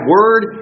Word